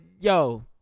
yo